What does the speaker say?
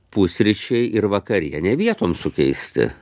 pusryčiai ir vakarienė vietom sukeisti